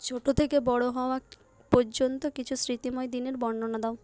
ছোট থেকে বড় হওয়া পর্যন্ত কিছু স্মৃতিময় দিনের বর্ণনা দাও